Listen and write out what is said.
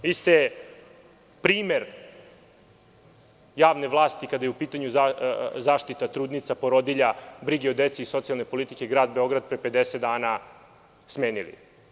Vi ste primer javne vlasti kada je u pitanju zaštita trudnica i porodilja, briga o deci i socijalne politike u gradu Beogradu, kojeg ste pre 50 dana smenili.